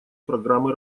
программы